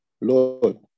Lord